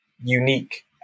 unique